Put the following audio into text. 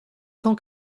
cent